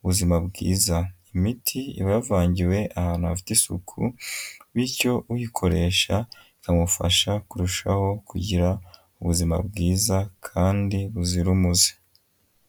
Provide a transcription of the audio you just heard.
ubuzima bwiza. Iyi miti iba yavangiwe ahantu hafite isuku, bityo uyikoresha ikamufasha kurushaho kugira ubuzima bwiza kandi buzira umuze.